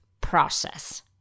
process